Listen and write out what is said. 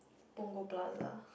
Punggol Plaza